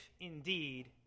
indeed